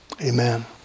Amen